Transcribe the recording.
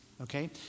Okay